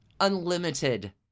unlimited